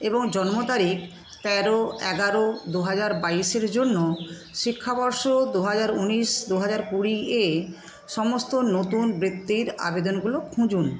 এবং জন্ম তারিখ তেরো এগারো দু হাজার বাইশের জন্য শিক্ষাবর্ষ দু হাজার ঊনিশ দু হাজার কুড়ি এ সমস্ত নতুন বৃত্তির আবেদনগুলো খুঁজুন